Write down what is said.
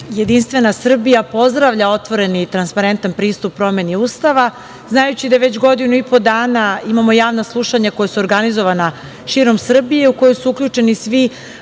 Jedinstvena Srbija pozdravlja otvoren i transparentan pristup promeni Ustava. Znajući da već godinu i po dana, imamo javna slušanja koja su organizovana širom Srbije, u koju su uključeni svi